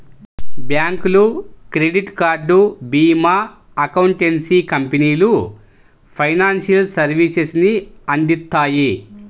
బ్యాంకులు, credit card, భీమా, accountancy కంపెనీలు ఫైనాన్షియల్ సర్వీసెస్ ని అందిత్తాయి